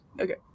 okay